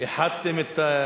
איחדתם את,